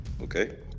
Okay